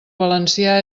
valencià